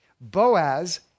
Boaz